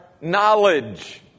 knowledge